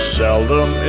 seldom